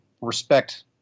respect